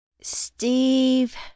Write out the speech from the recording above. Steve